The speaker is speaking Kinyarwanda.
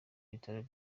bitaro